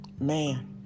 man